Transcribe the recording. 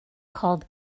called